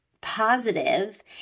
positive